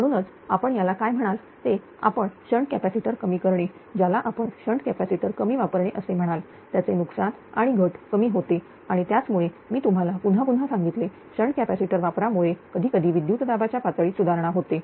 म्हणूनच आपण याला काय म्हणाल ते आपण शंट कॅपॅसिटर कमी करणे ज्याला आपण शंट कॅपॅसिटर कमी वापरणे असे म्हणाल त्याचे नुकसान आणि घट कमी होते आणि त्यामुळेच मी तुम्हाला पुन्हा पुन्हा सांगितले शंट कॅपॅसिटर वापरल्यामुळे कधीकधी विद्युत दाबाच्या पातळीत सुधारणा होते